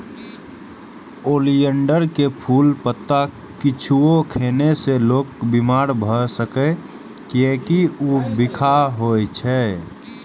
oleander के फूल, पत्ता किछुओ खेने से लोक बीमार भए सकैए, कियैकि ऊ बिखाह होइ छै